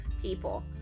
people